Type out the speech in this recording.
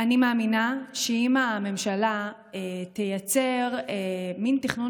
אני מאמינה שאם הממשלה תייצר מין תכנון